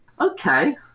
okay